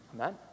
Amen